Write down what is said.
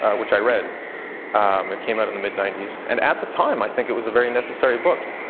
which i read. um it came out in the mid ninety s and at the time i think it was a very necessary book.